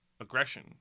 aggression